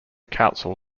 council